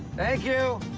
thank you.